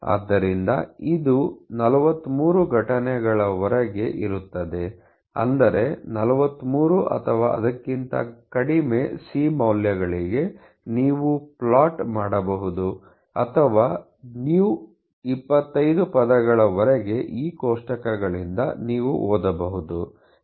ಆದ್ದರಿಂದ ಇದು 43 ಘಟನೆಗಳವರೆಗೆ ಇರುತ್ತದೆ ಅಂದರೆ 43 ಅಥವಾ ಅದಕ್ಕಿಂತ ಕಡಿಮೆ c ಮೌಲ್ಯಗಳಿಗೆ ನೀವು ಪ್ಲಾಟ್ ಮಾಡಬಹುದು ಅಥವಾ µ 25 ಪದಗಳ ವರೆಗೆ ಈ ಕೋಷ್ಟಕಗಳಿಂದ ನೀವು ಓದಬಹುದು